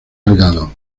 delgados